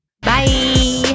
Bye